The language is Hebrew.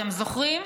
אתם זוכרים?